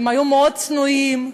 הם היו מאוד צנועים,